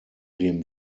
dem